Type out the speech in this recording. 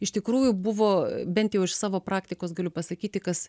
iš tikrųjų buvo bent jau iš savo praktikos galiu pasakyti kas